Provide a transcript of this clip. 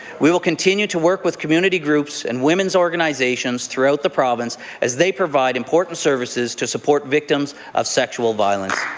we will continue to work with community groups and women's organizations throughout the province as they provide important services to support victims of sexual violence.